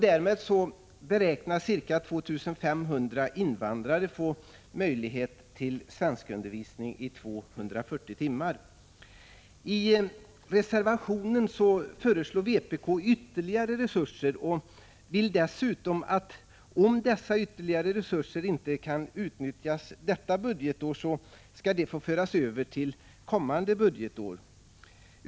Därmed beräknas 2 500 invandrare få möjlighet att delta i svenskundervisning som omfattar 240 timmar. I reservationen föreslår vpk att ytterligare resurser anvisas. Dessutom vill man att dessa ytterligare resurser skall få föras över till kommande budgetår, om de inte kan utnyttjas detta budgetår.